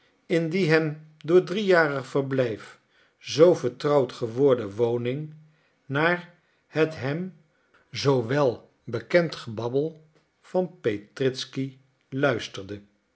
in die hem door driejarig verblijf zoo vertrouwd geworden woning naar het hem zoo wel bekend gebabbel van petritzky luisterde